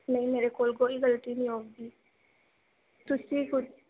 ਨਹੀਂ ਮੇਰੇ ਕੋਲ ਕੋਈ ਗਲਤੀ ਨਹੀਂ ਆਉਗੀ ਤੁਸੀਂ